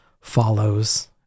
follows